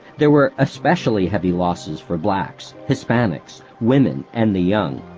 there were especially heavy losses for blacks, hispanics, women, and the young.